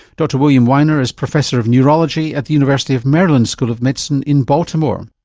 dr william weiner is professor of neurology at the university of maryland school of medicine in baltimore.